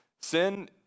sin